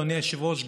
אדוני היושב-ראש,